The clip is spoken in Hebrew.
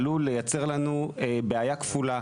עלול לייצר לנו בעיה כפולה.